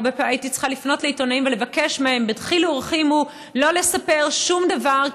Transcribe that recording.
הייתי צריכה לפנות לעיתונאים ולבקש מהם בדחילו ורחימו שלא לספר שום דבר,